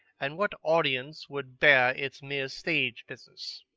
and what audience would bear its mere stage-business?